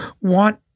want